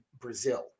Brazil